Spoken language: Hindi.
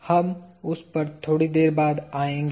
हम उस पर थोड़ी देर बाद आएंगे